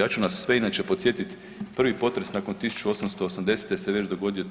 Ja ću nas sve inače podsjetiti prvi potres nakon 1880. se već dogodio